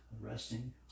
resting